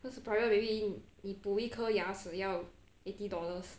cause the private maybe 你补一颗牙齿要 eighty dollars